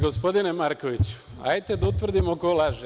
Gospodine Markoviću, hajde da utvrdimo ko laže.